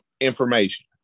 information